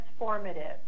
transformative